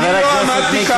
אני, כאן,